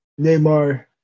Neymar